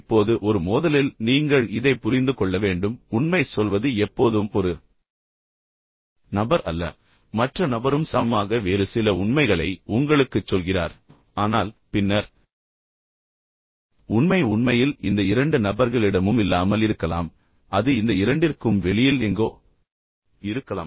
இப்போது ஒரு மோதலில் நீங்கள் இதை புரிந்து கொள்ள வேண்டும் உண்மையை சொல்வது எப்போதும் ஒரு நபர் அல்ல மற்ற நபரும் சமமாக வேறு சில உண்மைகளை உங்களுக்குச் சொல்கிறார் ஆனால் பின்னர் உண்மை உண்மையில் இந்த இரண்டு நபர்களிடமும் இல்லாமல் இருக்கலாம் அது இந்த இரண்டிற்கும் வெளியில் எங்கோ இருக்கலாம்